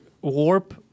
warp